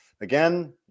Again